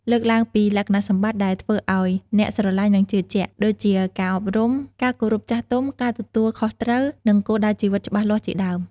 លើកឡើងពីលក្ខណៈសម្បត្តិដែលធ្វើឱ្យអ្នកស្រឡាញ់និងជឿជាក់ ដូចជាការអប់រំ ការគោរពចាស់ទុំ ការទទួលខុសត្រូវ និងគោលដៅជីវិតច្បាស់លាស់ជាដើម។